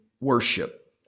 worship